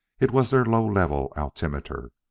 it was their low-level altimeter,